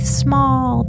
small